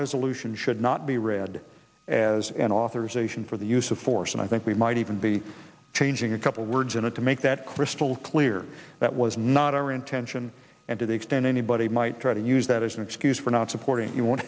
resolution should not be read as an authorization for the use of force and i think we might even be changing a couple of words in it to make that crystal clear that was not our intention and to the extent anybody might try to use that as an excuse for not supporting you w